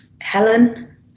Helen